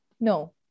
no